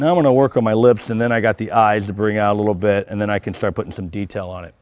to work on my lips and then i got the eyes to bring out a little bit and then i can start putting some detail on it